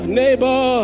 neighbor